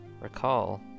recall